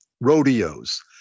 rodeos